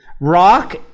rock